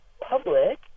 public